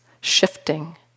shifting